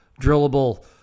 drillable